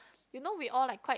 you know we all like quite